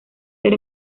ser